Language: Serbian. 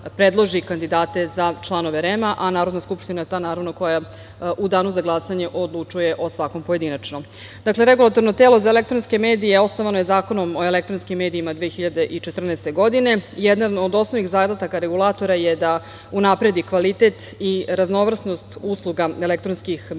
kandidate za članove REM-a, a Narodna skupština je ta naravno koja u danu za glasanje odlučuje o svakom pojedinačno. Dakle, Regulatorno telo za elektronske medije osnovano je Zakonom o elektronskim medijima 2014. godine. Jedan od osnovnih zadataka Regulatora je da unapredi kvalitet i raznovrsnost usluga elektronskih medija,